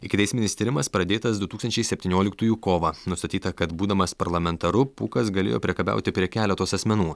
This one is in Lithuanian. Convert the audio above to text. ikiteisminis tyrimas pradėtas du tūkstančiai septynioliktųjų kovą nustatyta kad būdamas parlamentaru pūkas galėjo priekabiauti prie keletos asmenų